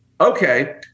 okay